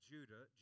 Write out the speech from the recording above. Judah